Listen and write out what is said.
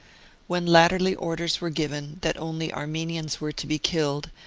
when latterly orders were given that only armenians were to be killed,